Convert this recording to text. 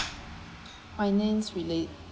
finance related